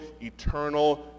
eternal